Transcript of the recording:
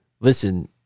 Listen